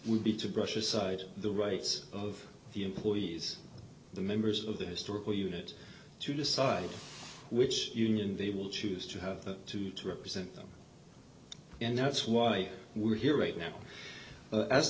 would be to brush aside the rights of the employees the members of the historical unit to decide which union they will choose to have them to represent them and that's why we're here right now